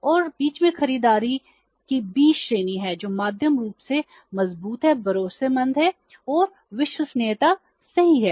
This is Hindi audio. और बीच में खरीदारों की बी श्रेणी है जो मध्यम रूप से मजबूत भरोसेमंद हैं और विश्वसनीयता सही है